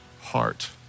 heart